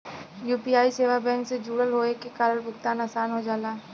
UPI सेवा bank से जुड़ल होये के कारण भुगतान आसान हो जाला